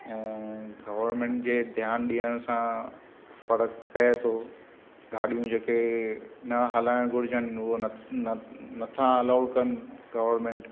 ऐं गवरमेंट जे ध्यानु ॾियण सां फ़र्क़ु पिए थो गाॾियूं जेके न हलाइण घुरजनि उहा न नथा अलाउ कनि गवरमेंट